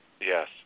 Yes